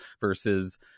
versus